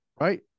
right